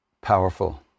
powerful